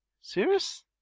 Serious